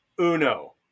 Uno